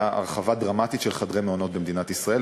הרחבה דרמטית של חדרי מעונות במדינת ישראל.